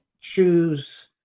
choose